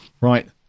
right